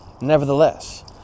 Nevertheless